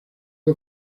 que